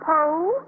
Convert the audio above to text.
Poe